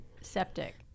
septic